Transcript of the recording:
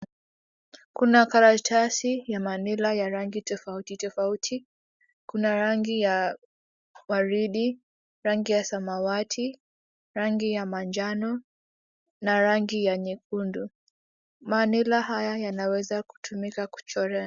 Kuna karatasi ya manila ya rangi tofauti tofauti kuna rangi ya waridi, rangi ya samawati, rangi ya manjano na rangi ya nyekundu. Manila haya yanaweza kutumika kuchorea.